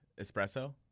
Espresso